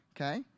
Okay